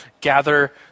gather